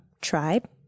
tribe